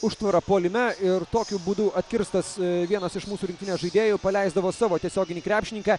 užtvarą puolime ir tokiu būdu atkirstas vienas iš mūsų rinktinės žaidėjų paleisdavo savo tiesioginį krepšininką